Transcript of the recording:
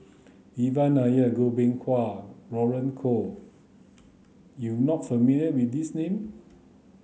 Devan Nair Goh Beng Kwan Roland Goh you not familiar with these name